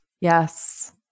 Yes